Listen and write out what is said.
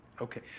Okay